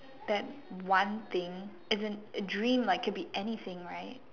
that one thing as in a dream can be anything right